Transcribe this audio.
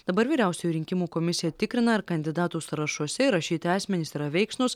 dabar vyriausioji rinkimų komisija tikrina ar kandidatų sąrašuose įrašyti asmenys yra veiksnūs